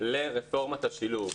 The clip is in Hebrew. לרפורמת השילוב.